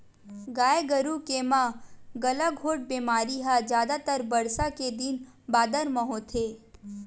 गाय गरु के म गलाघोंट बेमारी ह जादातर बरसा के दिन बादर म होथे